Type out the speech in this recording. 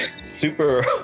super